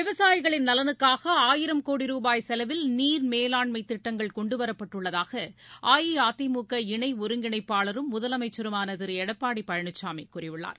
விவசாயிகளின் நலனுக்காக ஆயிரம் கோடி ரூபாய் செலவில் நீர்மேலாண்மை திட்டங்கள் கொண்டுவரப்பட்டுள்ளதாக அஇஅதிமுக இணை ஒருங்கிணைப்பாளரும் முதலமைச்சருமான திரு எடப்பாடி பழனிசாமி கூறியுள்ளார்